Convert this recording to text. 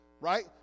right